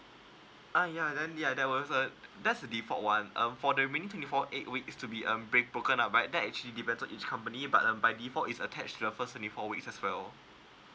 ah yeah then yeah that was uh that's the default one um for the remaining twenty four eight weeks to be um break broken up by right that actually depends on each company but um by default is attach to the first twenty four weeks as well